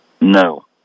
No